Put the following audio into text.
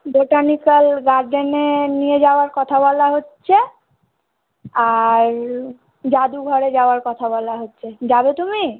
botanical গার্ডেনে নিয়ে যাওয়ার কথা বলা হচ্ছে আর জাদুঘরে যাওয়ার কথা বলা হচ্ছে যাবে তুমি